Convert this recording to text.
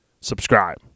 Subscribe